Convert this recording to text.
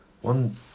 one